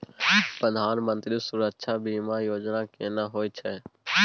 प्रधानमंत्री सुरक्षा बीमा योजना केना होय छै?